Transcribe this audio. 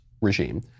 regime